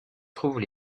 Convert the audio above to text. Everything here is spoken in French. trouvent